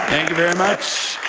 very much,